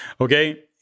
Okay